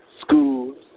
schools